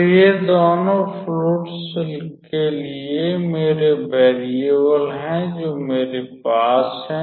तो ये दोनों फ्लुइड्स के लिए मेरे वेरीएबल हैं जो हमारे पास है